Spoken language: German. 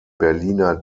berliner